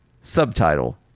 subtitle